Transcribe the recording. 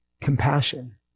compassion